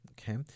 Okay